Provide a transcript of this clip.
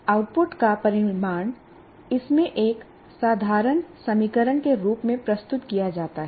output का परिमाण इसमें एक साधारण समीकरण के रूप में प्रस्तुत किया जाता है